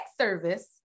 service